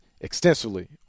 extensively